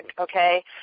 okay